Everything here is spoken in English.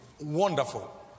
wonderful